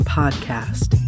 podcast